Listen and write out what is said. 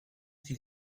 qu’il